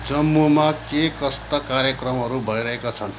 जम्मूमा के कस्ता कार्यक्रमहरू भइरहेका छन्